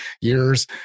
years